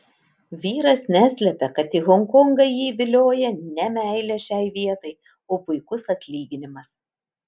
vyras neslepia kad į honkongą jį vilioja ne meilė šiai vietai o puikus atlyginimas